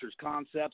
Concepts